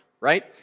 right